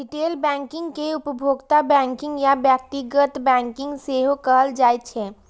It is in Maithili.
रिटेल बैंकिंग कें उपभोक्ता बैंकिंग या व्यक्तिगत बैंकिंग सेहो कहल जाइ छै